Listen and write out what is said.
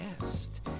guest